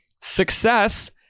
success